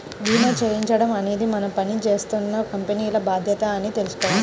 భీమా చేయించడం అనేది మనం పని జేత్తున్న కంపెనీల బాధ్యత అని తెలుసుకోవాల